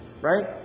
Right